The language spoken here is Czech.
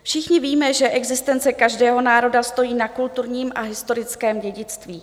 Všichni víme, že existence každého národa stojí na kulturním a historickém dědictví.